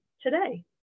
today